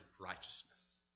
righteousness